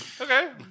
Okay